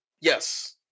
Yes